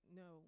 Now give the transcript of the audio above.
no